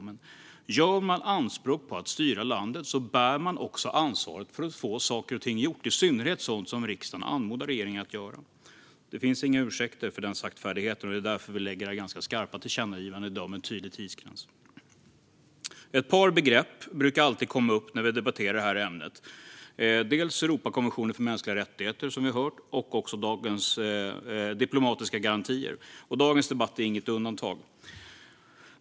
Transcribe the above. Men om man gör anspråk på att styra landet bär man också ansvaret för att få saker och ting gjorda, i synnerhet sådant som riksdagen anmodar regeringen att göra. Det finns inga ursäkter för denna saktfärdighet, och det är därför vi lägger i dag fram det här ganska skarpa tillkännagivandet med en tydlig tidsgräns. Ett par begrepp brukar alltid komma upp när vi debatterar det här ämnet. Det är dels Europakonventionen för mänskliga rättigheter, som vi har hört, dels diplomatiska garantier. Dagens debatt är inget undantag.